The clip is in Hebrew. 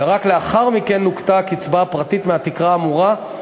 ורק לאחר מכן נוכתה הקצבה הפרטית מהתקרה האמורה.